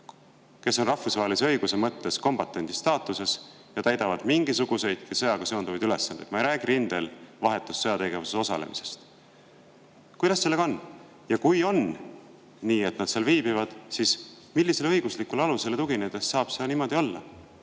kes on rahvusvahelise õiguse mõttes kombatandi staatuses ja täidavad mingisuguseid sõjaga seonduvaid ülesandeid? Ma ei räägi rindel vahetus sõjategevuses osalemisest. Kuidas sellega on? Ja kui on nii, et nad seal viibivad, siis millisele õiguslikule alusele tuginedes saab see niimoodi olla?